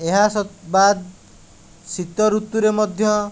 ଏହା ବାଦ ଶୀତ ଋତୁରେ ମଧ୍ୟ